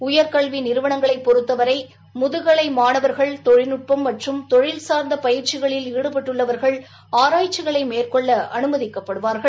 உயர்கல்வி நிறுவனங்களைப் பொறுத்தவரை முதுகலை மாணவர்கள் தொழில்நுட்பம் மற்றும் தொழில்சார்ந்த பயிற்சிகளில் ஈடுபட்டுள்ளவர்கள் ஆராய்ச்சிகளை மேற்கொள்ள அனுமதிக்கப்படுவார்கள்